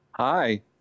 hi